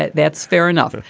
but that's fair enough.